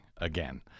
again